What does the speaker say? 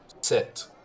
Sit